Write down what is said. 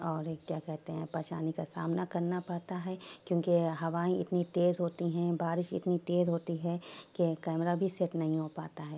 اور کیا کہتے ہیں پریشانی کا سامنا کرنا پڑتا ہے کیوں کہ ہوائیں اتنی تیز ہوتی ہیں بارش اتنی تیز ہوتی ہے کہ کیمرا بھی سیٹ نہیں ہو پاتا ہے